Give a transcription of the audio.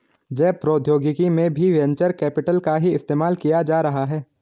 जैव प्रौद्योगिकी में भी वेंचर कैपिटल का ही इस्तेमाल किया जा रहा है